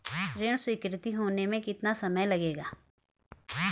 ऋण स्वीकृति होने में कितना समय लगेगा?